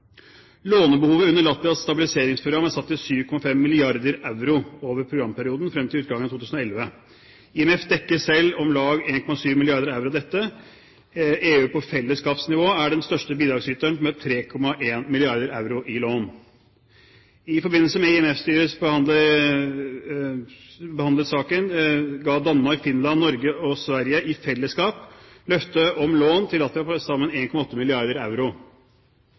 Lånebehovet under Latvias stabiliseringsprogram er satt til 7,5 mrd. euro over programperioden frem til utgangen av 2011. IMF dekker selv om lag 1,7 mrd. euro av dette. EU på fellesskapsnivå er den største bidragsyteren med 3,1 mrd. euro i lån. I forbindelse med at IMF-styret behandlet saken, ga Danmark, Finland, Norge og Sverige i fellesskap løfte om lån til Latvia på til sammen